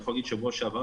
בשבוע שעבר,